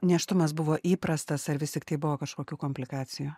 nėštumas buvo įprastas ar vis tiktai buvo kažkokių komplikacijų